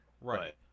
Right